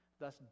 thus